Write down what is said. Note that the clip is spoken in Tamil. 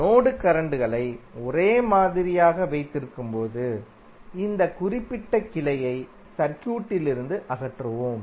நோடு கரண்ட்களை ஒரே மாதிரியாக வைத்திருக்கும்போது இந்த குறிப்பிட்ட கிளையை சர்க்யூடிலிருந்து அகற்றுவோம்